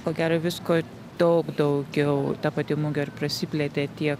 ko gero visko daug daugiau ta pati mugė ir prasiplėtė tiek